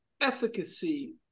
efficacy